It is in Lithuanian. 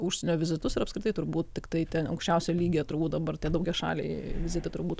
užsienio vizitus ir apskritai turbūt tiktai ten aukščiausio lygio turbūt dabar tie daugiašaliai vizitai turbūt